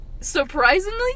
surprisingly